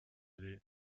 will